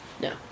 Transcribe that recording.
No